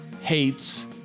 hates